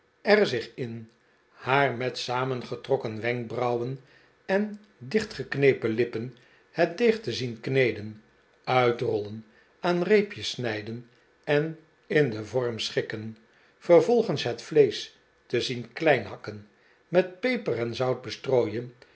er zich in haar met samengetrokken wenkbrauwen en dichtgeknepen lippen het deeg te zien kneden uitrollen aan reepjes snijden en in den vorm schikken vervolgens het vleesch te zien klein hakken met peper en zout bestrooien